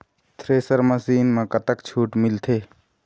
Thresher machine म कतक छूट मिलथे?